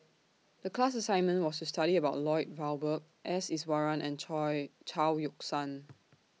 The class assignment was to study about Lloyd Valberg S Iswaran and Chao Yoke San